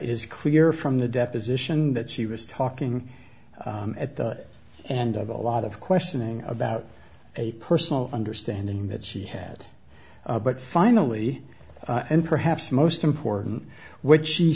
is clear from the deposition that she was talking at the and of a lot of questioning about a personal understanding that she had but finally and perhaps most important what she